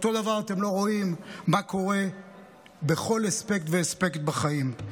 אותו הדבר אתם לא רואים מה קורה בכל אספקט ואספקט בחיים.